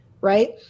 right